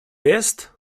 jest